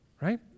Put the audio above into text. right